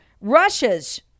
Russia's